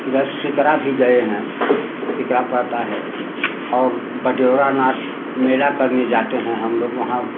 इधर शिकरा भी गए हैं शिकरा पड़ता है और बदेवड़ानाथ मेला करने जाते हैं हम लोग वहाँ